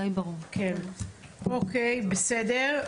אוקיי, בסדר.